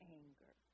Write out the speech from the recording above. anger